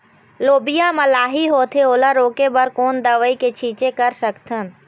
लोबिया मा लाही होथे ओला रोके बर कोन दवई के छीचें कर सकथन?